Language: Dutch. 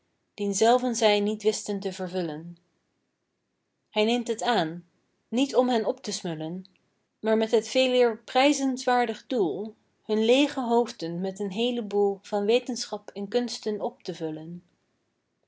dien zelven zij niet wisten te vervullen hij neemt het aan niet om hen op te smullen maar met het veeleer prijzenswaardig doel hun leege hoofden met een heelen boel van wetenschap en kunsten op te vullen